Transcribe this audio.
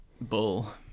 Bull